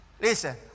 listen